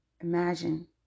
imagine